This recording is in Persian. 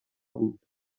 بوده